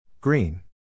Green